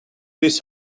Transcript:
this